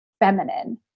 feminine